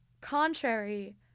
Contrary